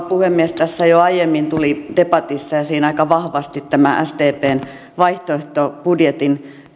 puhemies tässä jo aiemmin tuli debatissa aika vahvasti tämä sdpn vaihtoehtobudjetin